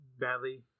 badly